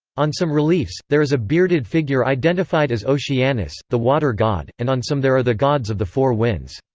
on some reliefs, there is a bearded figure identified as oceanus, the water god, and on some there are the gods of the four winds.